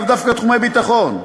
לאו דווקא תחומי ביטחון,